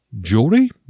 jewelry